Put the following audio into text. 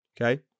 Okay